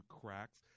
cracks